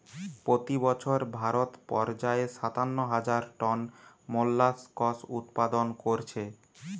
পোতি বছর ভারত পর্যায়ে সাতান্ন হাজার টন মোল্লাসকস উৎপাদন কোরছে